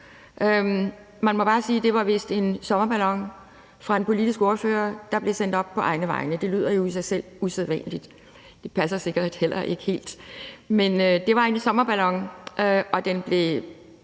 det vist var en sommerballon fra en politisk ordfører, der blev sendt op på egne vegne. Det lyder jo i sig selv usædvanligt. Det passer sikkert heller ikke helt, men det var en sommerballon. Den blev